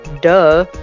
duh